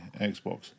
Xbox